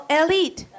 elite